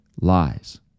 lies